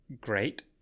great